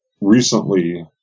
recently